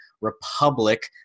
Republic